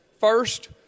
First